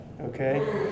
Okay